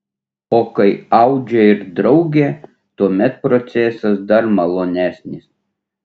o kai audžia ir draugė tuomet procesas dar malonesnis